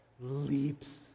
leaps